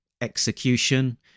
execution